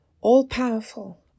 all-powerful